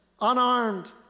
unarmed